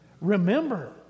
Remember